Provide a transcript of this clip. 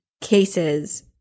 cases